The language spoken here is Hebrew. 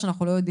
חלילה.